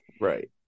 Right